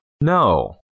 No